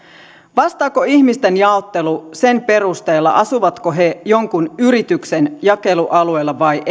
vastaako ihmisten jaottelu sen perusteella asuvatko he jonkun yrityksen jakelualueella vai